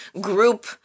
group